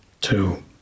two